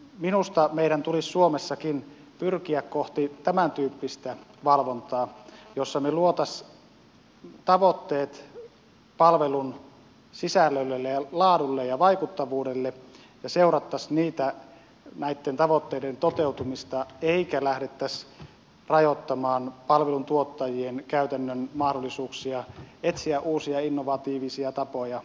minusta meidän tulisi suomessakin pyrkiä kohti tämäntyyppistä valvontaa jossa me loisimme tavoitteet palvelun sisällölle laadulle ja vaikuttavuudelle ja seuraisimme näitten tavoitteiden toteutumista eikä lähdettäisi rajoittamaan palveluntuottajien käytännön mahdollisuuksia etsiä uusia innovatiivisia tapoja palvelun tuottamiseen